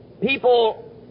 people